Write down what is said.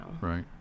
right